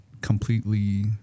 completely